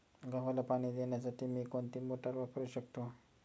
गव्हाला पाणी देण्यासाठी मी कोणती मोटार वापरू शकतो?